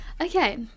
okay